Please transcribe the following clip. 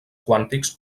quàntics